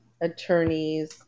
attorneys